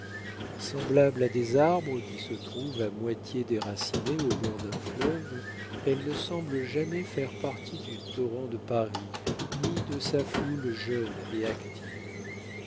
semblables à des arbres qui se trouvent à moitié déracinés au bord d'un fleuve elles ne semblent jamais faire partie du torrent de paris ni de sa foule jeune et active